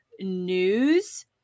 news